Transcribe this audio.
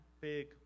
big